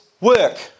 work